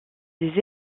des